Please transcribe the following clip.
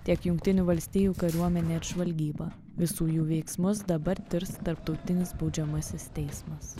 tiek jungtinių valstijų kariuomenės žvalgyba visų jų veiksmus dabar tirs tarptautinis baudžiamasis teismas